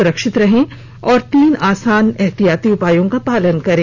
सुरक्षित रहें और तीन आसान उपायों का पालन करें